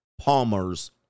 Palmer's